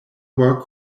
work